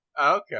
Okay